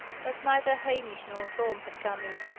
but neither hamish nor tom had come in,